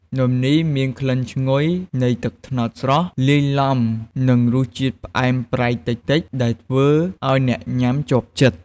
នំនេះមានក្លិនឈ្ងុយនៃទឹកត្នោតស្រស់ លាយឡំនឹងរសជាតិផ្អែមប្រៃតិចៗ ដែលធ្វើឱ្យអ្នកញ៉ាំជាប់ចិត្ត។